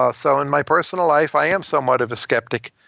ah so in my personal life, i am somewhat of a skeptic,